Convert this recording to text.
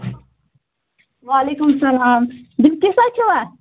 وعلیکُم السلام بِلکِسہ چھُوا